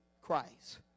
Christ